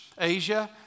Asia